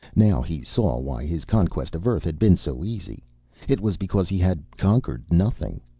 now he saw why his conquest of earth had been so easy it was because he had conquered nothing.